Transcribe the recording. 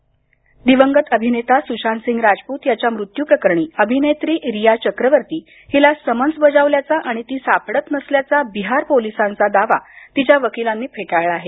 सुशांतसिंग राजपत दिवंगत अभिनेता सुशांतसिंग राजपूत याच्या मृत्यूप्रकरणी अभिनेत्री रिया चक्रवर्ती हिला समन्स बजावल्याचा आणि ती सापडत नसल्याचा बिहार पोलिसांचा दावा तिच्या वकिलांनी फेटाळला आहे